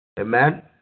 Amen